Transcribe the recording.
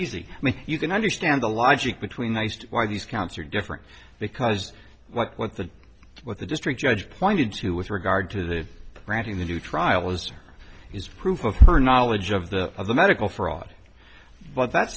easy i mean you can understand the logic between nice to why these counts are different because what the what the district judge pointed to with regard to granting the two trials is proof of her knowledge of the of the medical fraud but that